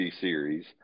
series